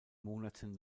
monaten